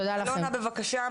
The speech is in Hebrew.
אלונה, בבקשה.